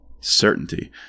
Certainty